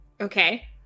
Okay